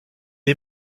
est